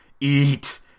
eat